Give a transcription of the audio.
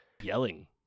yelling